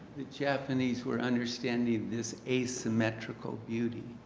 the japanese were understanding this asymmetrical beauty.